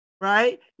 Right